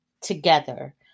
together